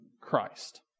Christ